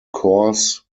choirs